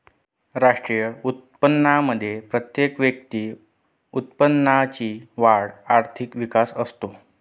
राष्ट्रीय उत्पन्नामध्ये प्रतिव्यक्ती उत्पन्नाची वाढ आर्थिक विकास असतो